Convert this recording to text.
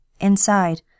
Inside